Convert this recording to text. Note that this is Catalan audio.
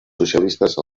socialistes